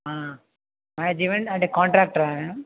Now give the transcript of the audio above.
జివెంట్ అంటే కాంట్రాక్టరా